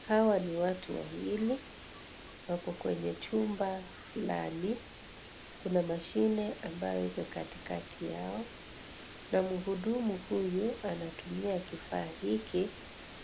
Hawa ni watu wawili wako kwenye chumba ndani. Kuna mashine ambayo iko Kati kati Yao. Na mhudumu huyu anatumia kifaa hiki